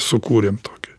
sukūrėm tokį